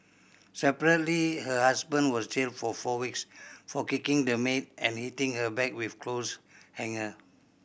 separately her husband was jailed for four weeks for kicking the maid and hitting her back with clothes hanger